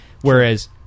whereas